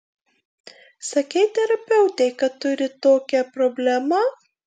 sakei terapeutei kad turi tokią problemą